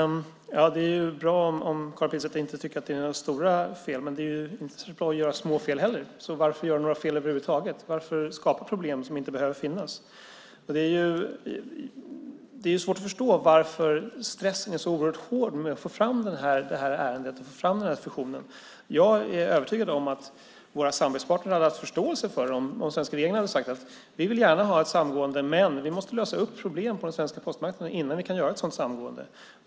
Fru talman! Det är bra om Karin Pilsäter tycker att det inte görs några stora fel, men det är inte bra att göra små fel heller. Varför göra några fel över huvud taget? Varför skapa problem som inte behöver finnas? Det är svårt att förstå varför stressen för att få igenom fusionen är så stor. Jag är övertygad om att våra samarbetspartner hade haft förståelse för den svenska regeringen om den sagt att vi gärna ville ha ett samgående men att vi måste lösa problemen på den svenska postmarknaden innan vi kan göra ett sådant samgående.